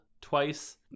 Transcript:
twice